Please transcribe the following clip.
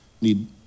need